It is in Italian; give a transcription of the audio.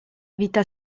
vita